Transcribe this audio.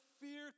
fear